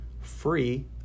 free